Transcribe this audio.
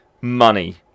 money